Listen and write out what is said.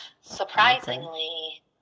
Surprisingly